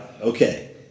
Okay